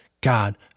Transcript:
God